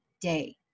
day